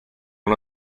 uno